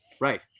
Right